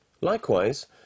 Likewise